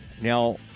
now